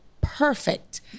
perfect